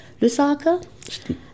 Lusaka